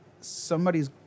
somebody's